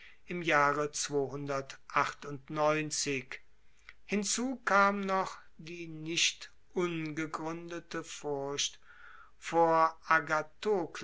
im jahre hinzu kam noch die nicht ungegruendete furcht vor